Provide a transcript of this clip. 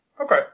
Okay